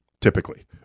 typically